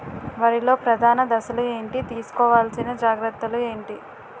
వరిలో ప్రధాన దశలు ఏంటి? తీసుకోవాల్సిన జాగ్రత్తలు ఏంటి?